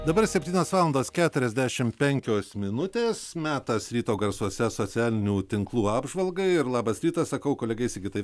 dabar septynios valandos keturiasdešimt penkios minutės metas ryto garsuose socialinių tinklų apžvalgai ir labas rytas sakau kolegai sigitai